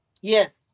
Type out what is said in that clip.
Yes